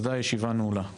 תודה רבה, הישיבה נעולה.